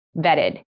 vetted